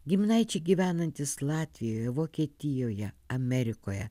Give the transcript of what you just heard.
giminaičiai gyvenantys latvijoje vokietijoje amerikoje